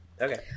Okay